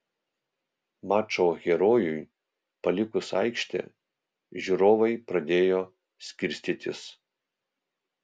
mačo herojui palikus aikštę žiūrovai pradėjo skirstytis